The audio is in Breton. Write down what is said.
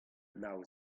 nav